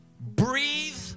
breathe